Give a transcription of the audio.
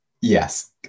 Yes